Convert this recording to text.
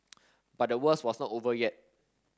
but the worst was not over yet